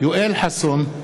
יואל חסון,